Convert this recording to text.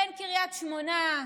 בן קריית שמונה,